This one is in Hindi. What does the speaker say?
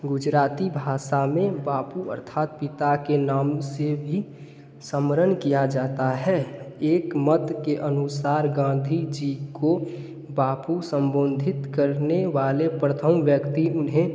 गुजराती भाषा में बापू अर्थात पिता के नाम से भी स्मरण किया जाता है एक मत के अनुसार गांधी जी को बापू सम्बोंधित करने वाले प्रथम व्यक्ति उन्हें